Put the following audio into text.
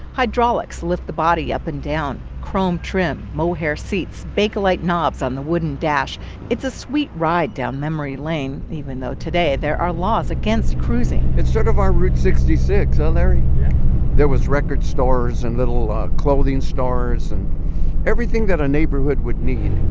hydraulics lift the body up and down. chrome trim, mohair seats, bakelite knobs on the wooden dash it's a sweet ride down memory lane even though today there are laws against cruising it's sort of our route sixty six, huh, ah larry? yeah there was record stores and little clothing stores and everything that a neighborhood would need.